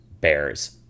bears